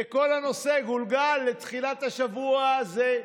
וכל הנושא גולגל לתחילת השבוע הזה.